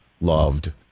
loved